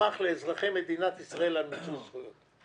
מסמך לאזרחי מדינת ישראל על מיצוי זכויות.